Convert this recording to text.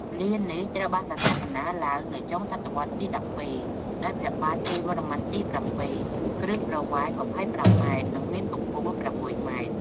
លាននេះត្រូវបានស្ថាបនាឡើងនៅចុងសតវត្សទី១២ ដោយព្រះបាទជ័យវរន្ម័នទី៧ គ្រឹះប្រវែង ២៥ម៉ែត្រ និង មានកំពស់ ៦ម៉ែត្រ។